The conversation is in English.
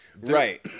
Right